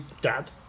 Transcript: dad